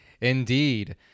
Indeed